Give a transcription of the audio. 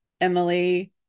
Emily